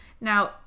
Now